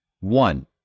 One